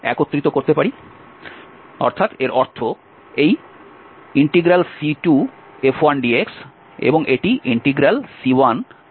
সুতরাং এর অর্থ এই C2F1dx এবং এটি C1F1dx